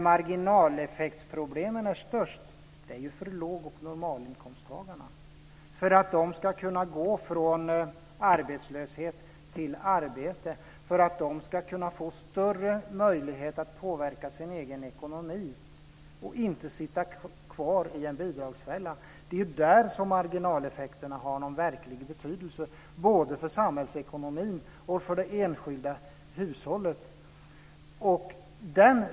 Marginaleffektsproblemen är störst för låg och normalinkomsttagare. Marginaleffekterna har verklig betydelse om de ska kunna gå från arbetslöshet till arbete och få större möjlighet att påverka sin egen ekonomi och undvika att sitta kvar i bidragsfällan. Det gäller både för samhällsekonomin och för det enskilda hushållet.